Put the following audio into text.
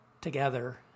together